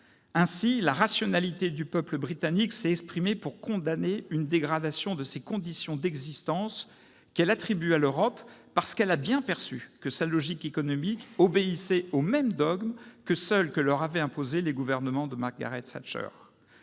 Ainsi, la rationalité du peuple britannique s'est exprimée pour condamner une dégradation de ses conditions d'existence, qu'elle attribue à l'Europe, parce qu'elle a bien perçu que sa logique économique obéissait aux mêmes dogmes que celle que leur avaient imposée les gouvernements de Margaret Thatcher.